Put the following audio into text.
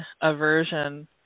aversion